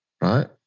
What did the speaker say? right